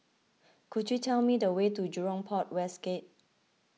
could you tell me the way to Jurong Port West Gate